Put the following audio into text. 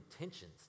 intentions